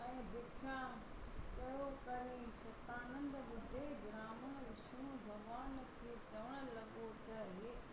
ऐं बिख्या पियो करीं सतानंद ॿुढे ब्राह्मण विष्नु भॻिवान खे चवणु लॻो त हे